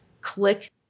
click